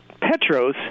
Petros